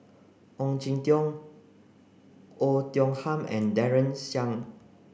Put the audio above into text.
Ong Jin Teong Oei Tiong Ham and Daren Shiau